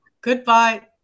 Goodbye